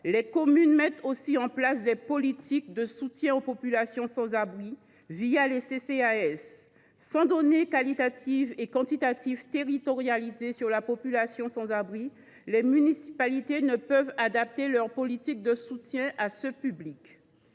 les communes mettent aussi en place des politiques de soutien aux populations sans abri, les CCAS. Sans données qualitatives et quantitatives territorialisées sur la population sans abri, les municipalités ne peuvent adapter leurs politiques de soutien à ce public.